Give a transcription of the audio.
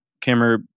camera